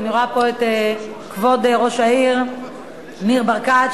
אני רואה פה את כבוד ראש העיר ניר ברקת,